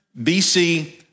BC